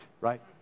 right